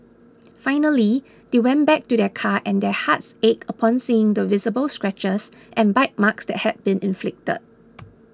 finally they went back to their car and their hearts ached upon seeing the visible scratches and bite marks that had been inflicted